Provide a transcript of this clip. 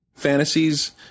fantasies